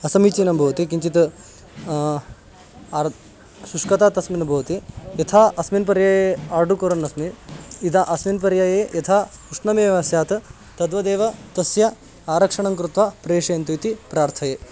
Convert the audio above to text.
असमीचीनं भवति किञ्चित् अर्थात् शुष्कता तस्मिन् भवति यथा अस्मिन् पर्याये आर्डर् कुर्वन्नस्मि तदा अस्मिन् पर्याये यथा उष्णमेव स्यात् तद्वदेव तस्य आरक्षणं कृत्वा प्रेषयन्तु इति प्रार्थये